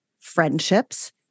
friendships